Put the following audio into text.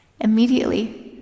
Immediately